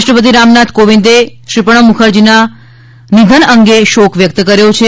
રાષ્ટ્રપતિ રામનાથ કોવિંદે શ્રી પ્રણવ મુખરજીના નિધન અંગે શોક વ્યક્ત કર્યો છે